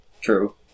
True